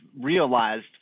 realized